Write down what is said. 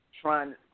trying